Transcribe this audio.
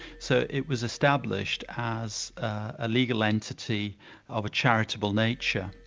so it was established as a legal entity of a charitable nature,